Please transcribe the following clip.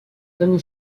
tony